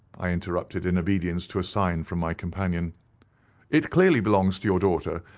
i interrupted, in obedience to a sign from my companion it clearly belongs to your daughter,